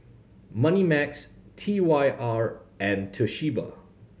Moneymax T Y R and Toshiba